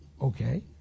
Okay